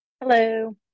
Hello